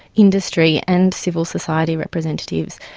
industry and civil society representatives,